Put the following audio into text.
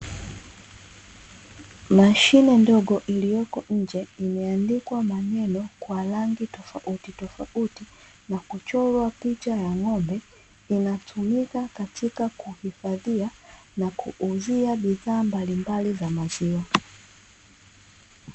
Mashine ndogo iliyoko nje imeandikwa maneno ya rangi tofautitofauti, na kuchorwa picha ya ng’ombe, inatumika katika kuhifadhia nakuuzia bidhaa mbalimbali za maziwa.